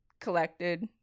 collected